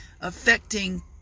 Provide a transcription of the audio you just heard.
affecting